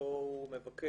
שבו הוא מבקש